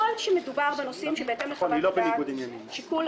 ככל שמדובר בנושאים שבהתאם לחוות הדעת שיקול